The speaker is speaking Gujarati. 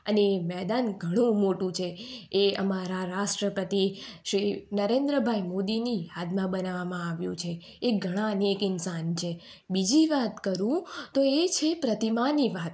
અને એ મેદાન ઘણું મોટું છે એ અમારા રાષ્ટ્રપતિ શ્રી નરેન્દ્રભાઈ મોદીની યાદમાં બનાવવામાં આવ્યું છે એ ઘણા નેક ઈન્સાન છે બીજી વાત કરું તો એ છે પ્રતિમાની વાત